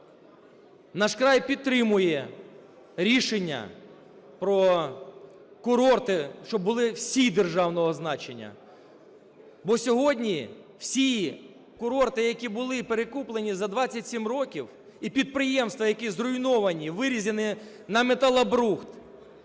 "Наш край" підтримує рішення про курорти, щоб були всі державного значення. Бо сьогодні всі курорти, які були перекуплені за 27 років, і підприємства, які зруйновані, вирізані на металобрухт,